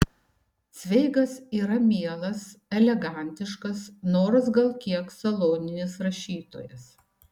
cveigas yra mielas elegantiškas nors gal kiek saloninis rašytojas